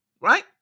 right